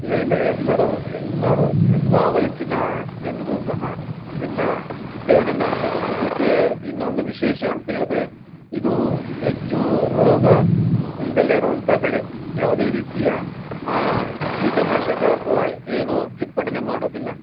ಇಲ್ಲ ಇಲ್ಲ ಎಲ್ಲರೂ ಎಲ್ಲರು ಎಲ್ಲಾ ವಯಸ್ಸಿನ ಜನರು ಸಹ ಇದನ್ನಾ ಸೇವನೆ ಮಾಡ್ಬೌದು ಇದಕ್ಕೆ ಇನ್ನೊಂದು ವಿಶೇಷ ಅಂತ ಹೇಳಿದ್ರೆ ಇದು ಹೆಚ್ಚು ರೋಗ ಇಲ್ದಲೆ ಇರುವಂಥಾ ಬೆಳೆ ಯಾವುದೇ ರೀತಿಯ ಕೀಟನಾಶಕ ಅಥ್ವಾ ಏನೂ ಸಿಂಪಡಣೆ ಮಾಡೊದಿಲ್ಲ